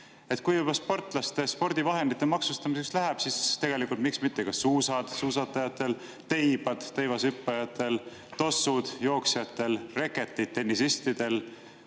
Kui juba sportlaste spordivahendite maksustamiseks läheb, siis tegelikult miks mitte [maksustada] ka suusad suusatajatel, teibad teivashüppajatel, tossud jooksjatel, reketid tennisistidel,